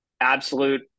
absolute